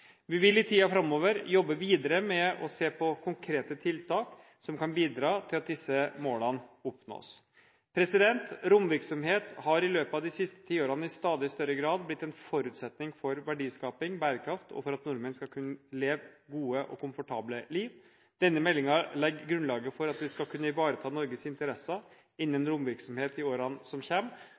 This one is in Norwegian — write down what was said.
Vi vil i tiden framover jobbe videre med å se på konkrete tiltak som kan bidra til at disse målene oppnås. Romvirksomhet har i løpet av de siste ti årene i stadig større grad blitt en forutsetning for verdiskapning og bærekraft, og for at nordmenn skal kunne leve gode og komfortable liv. Denne meldingen legger grunnlaget for at vi skal kunne ivareta Norges interesser innen romvirksomhet i årene som